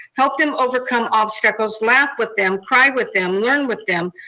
help them overcome obstacles, laugh with them, cry with them, learn with them,